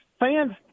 Fans